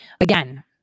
Again